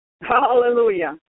hallelujah